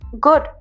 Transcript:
good